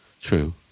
True